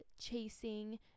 chasing